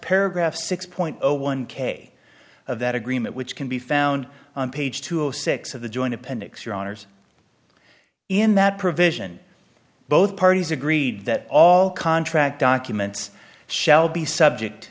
paragraph six point zero one k of that agreement which can be found on page two of six of the joint appendix your honors in that provision both parties agreed that all contract documents shall be subject